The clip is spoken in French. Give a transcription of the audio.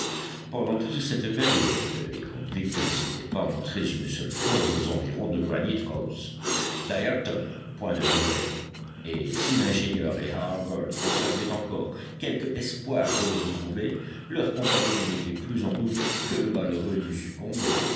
pendant toute cette période les convicts ne s'étaient pas montrés une seule fois aux environs de granite house d'ayrton point de nouvelles et si l'ingénieur et harbert conservaient encore quelque espoir de le retrouver leurs compagnons ne mettaient plus en doute que le malheureux n'eût succombé